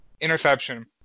interception